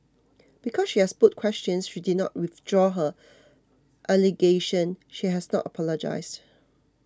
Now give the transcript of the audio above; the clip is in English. because she has put questions she did not withdraw her allegation she has not apologised